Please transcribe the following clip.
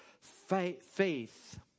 Faith